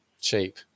cheap